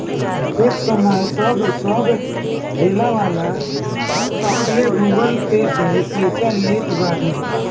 एक समय तअ सब ठेलावाला तकले गूगल पे से पईसा लेत बाने